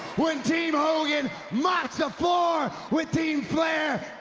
when team hogan mops the floor with team flair?